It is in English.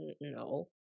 no